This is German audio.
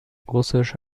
russisch